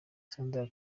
sandra